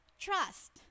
trust